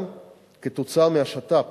גם כתוצאה משיתוף